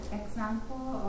example